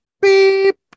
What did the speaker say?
Beep